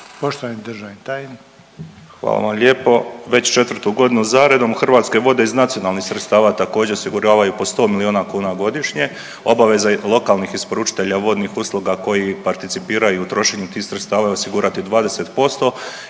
**Šiljeg, Mario (HDZ)** Hvala vam lijepo. Već četvrtu godinu za redom Hrvatske vode iz nacionalnih sredstava također osiguravaju po sto milijuna kuna godišnje. Obaveza lokalnih isporučitelja vodnih usluga koji participiraju u trošenju tih sredstava i osigurati 20